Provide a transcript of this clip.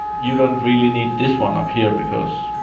you don't really need this one up here, because